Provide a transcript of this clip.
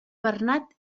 bernat